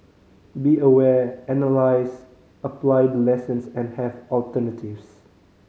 be aware analyse apply the lessons and have alternatives